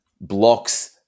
blocks